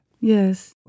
Yes